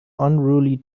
unruly